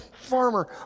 farmer